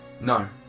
no